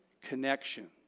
Connection